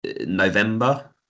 November